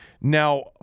Now